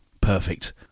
Perfect